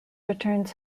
returns